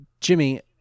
Jimmy